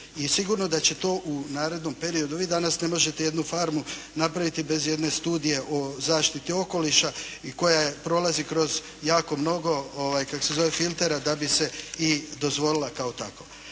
sigurno da će to u narednom periodu, vi danas ne možete jednu farmu napraviti bez jedne studije o zaštiti okoliša i koja prolazi kroz jako mnogo, kako se zove, filtera da bi se i dozvolila kao takva.